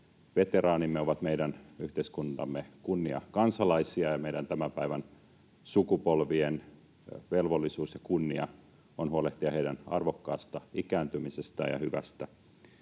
veteraanimme ovat meidän yhteiskuntamme kunniakansalaisia, ja meidän tämän päivän sukupolvien velvollisuus ja kunnia on huolehtia heidän arvokkaasta ikääntymisestään ja hyvästä